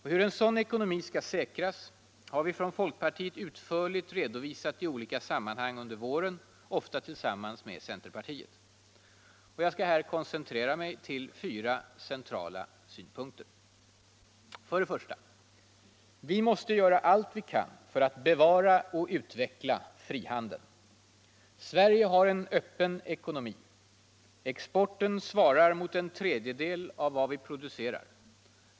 Hur en sådan ekonomi skall säkras har vi från folkpartiet utförligt redovisat i olika sammanhang under våren, ofta tillsammans med centerpartiet. Jag skall här koncentrera mig till fyra centrala synpunkter: 1. Vi måste göra allt för att bevara och utveckla frihandeln. Sverige har en öppen ekonomi. Exporten svarar mot en tredjedel av vad vi producerar.